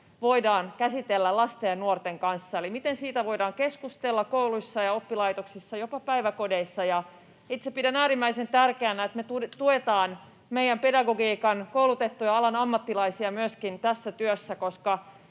voidaan käsitellä lasten ja nuorten kanssa, eli miten siitä voidaan keskustella kouluissa ja oppilaitoksissa, jopa päiväkodeissa. Itse pidän äärimmäisen tärkeänä, että me tue-taan meidän pedagogiikan koulutettuja alan ammattilaisia myöskin tässä työssä, koska